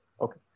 okay